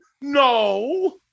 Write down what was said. no